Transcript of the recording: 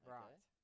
Right